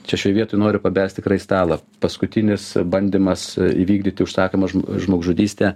čia šioj vietoj noriu pabelst tikrai į stalą paskutinis bandymas įvykdyti užsakomą žmo žmogžudystę